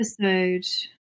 episode